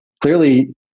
clearly